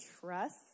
trust